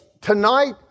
tonight